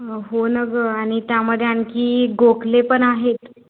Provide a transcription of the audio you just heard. हो ना गं आणि त्यामध्ये आणखी गोखले पण आहेत